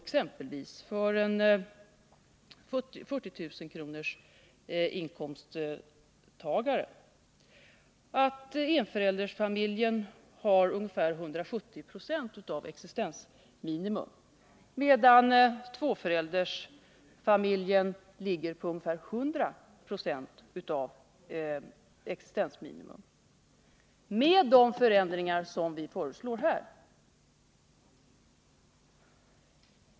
Det är så att bland 40 000-kronorsinkomsttagare har enföräldersfamiljen ungefär 170 26 av existensminimum, medan tvåföräldersfamiljen ligger på ungefär 100 26 av existensminimum med de förändringar som vi föreslår här.